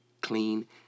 clean